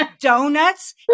donuts